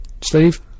Steve